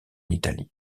italie